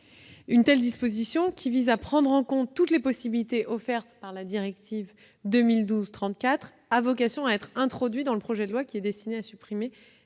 Une telle disposition, qui vise à prendre en compte toutes les possibilités offertes par la directive 2012/34/UE, a vocation à être introduite dans le présent projet de loi.